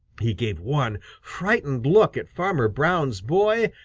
he gave one frightened look at farmer brown's boy,